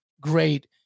great